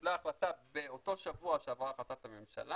קיבלה החלטה באותו שבוע שעברה החלטת הממשלה